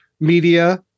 media